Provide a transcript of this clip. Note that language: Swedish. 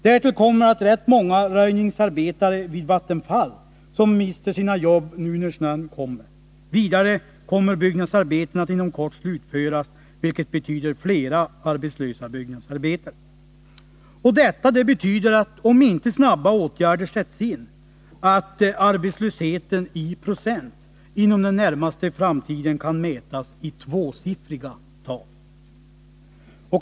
Därtill kommer att rätt många röjningsarbetare vid Vattenfall mister sina jobb när snön kommer och att vissa byggnadsarbeten inom kort slutförs, vilket betyder flera arbetslösa byggnadsarbetare. Om inte snabba åtgärder sätts in kommer alltså arbetslösheten i procent att inom den närmaste framtiden kunna mätas i tvåsiffriga tal.